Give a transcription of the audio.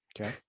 okay